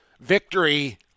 victory